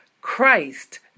Christ